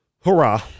hurrah